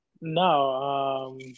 No